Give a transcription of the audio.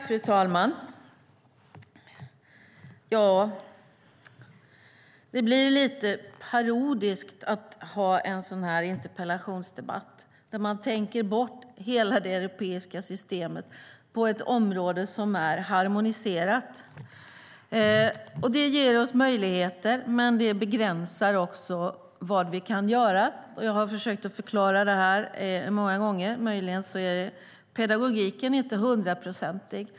Fru talman! Det blir lite parodiskt att ha en sådan här interpellationsdebatt när man tänker bort hela det europeiska systemet på ett område som är harmoniserat. Det ger oss möjligheter men begränsar också vad vi kan göra. Jag har försökt att förklara detta många gånger - möjligen är pedagogiken inte hundraprocentig.